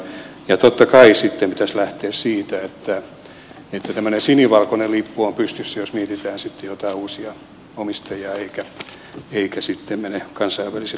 ja totta kai sitten pitäisi lähteä siitä että tämmöinen sinivalkoinen lippu on pystyssä jos mietitään jotain uusia omistajia eikä sitten mene kansainvälisille sijoitusyhtiöille